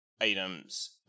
items-